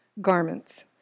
garments